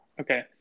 Okay